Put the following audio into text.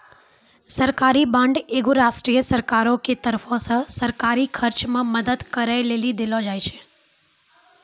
सरकारी बांड एगो राष्ट्रीय सरकारो के तरफो से सरकारी खर्च मे मदद करै लेली देलो जाय छै